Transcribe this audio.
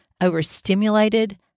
overstimulated